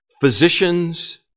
physicians